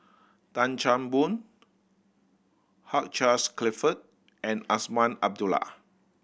Tan Chan Boon Hugh Charles Clifford and Azman Abdullah